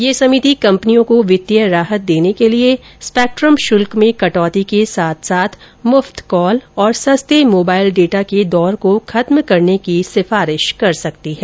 यह समिति कम्पनियों को वित्तीय राहत देने के लिए स्पेक्ट्रम शुल्क में कटौती के साथ साथ मुफ्त कॉल और सस्ते मोबाईल डेटा के दौर को खत्म करने की सिफारिश कर सकती है